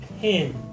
Pin